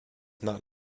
not